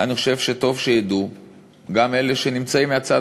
באיזה שמות גנאי היו מכנים